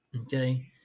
okay